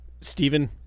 Stephen